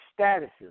statuses